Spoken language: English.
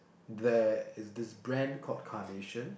there is this brand called carnation